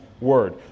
Word